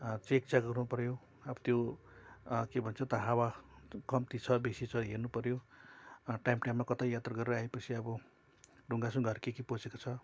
check चाहिँ गर्नुपऱ्यो अब त्यो के भन्छ त हावा कम्ती छ बेसी छ हेर्नुपऱ्यो टाइमटाइममा कतै यात्रा गरेर आएपछि अब ढुङ्गासुङ्गाहरू के के पसेको छ